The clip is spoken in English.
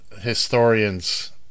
historians